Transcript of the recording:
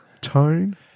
tone